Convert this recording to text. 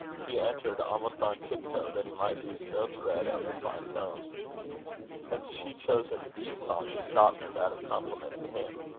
he entered almost on tip-toe, that he might lose no thread of the fine tones had she chosen the song of scotland out of compliment to him